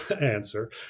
answer